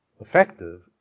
effective